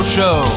Show